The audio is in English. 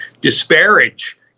disparage